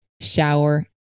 shower